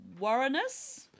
Warrenus